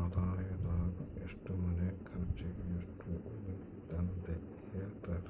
ಆದಾಯದಾಗ ಎಷ್ಟು ಮನೆ ಕರ್ಚಿಗ್, ಎಷ್ಟು ಉಳಿತತೆಂತ ಹೆಳ್ತರ